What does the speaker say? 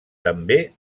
també